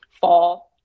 fall